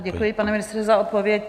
Děkuji, pane ministře, za odpověď.